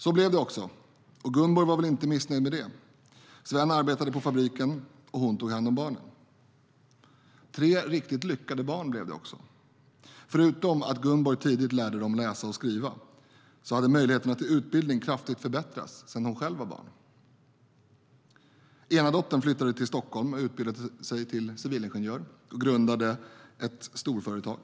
Så blev det också, och Gunborg var väl inte missnöjd med det. Sven arbetade på fabriken och hon tog hand om barnen. Tre riktigt lyckade barn blev det också. Förutom att Gunborg tidigt lärde dem att läsa och skriva hade möjligheterna till utbildning kraftigt förbättrats sedan hon själv var barn. Den ena dottern flyttade till Stockholm där hon utbildade sig till civilingenjör och grundade ett storföretag.